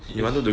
is she